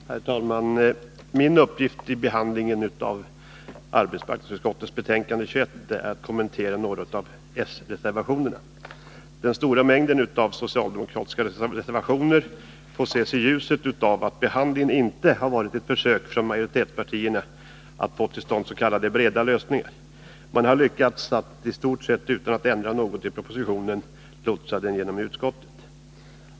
Herr talman! Min uppgift i behandlingen av arbetsmarknadsutskottets betänkande nr 21 är att kommentera några av s-reservationerna. Den stora mängden socialdemokratiska reservationer får ses i ljuset av att behandlingen inte har varit ett försök från majoritetspartierna att få till stånd s.k. breda lösningar. Man har lyckats att, i stort sett utan att ändra något i propositionen, lotsa den genom utskottet.